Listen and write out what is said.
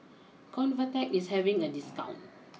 ConvaTec is having a discount